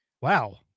Wow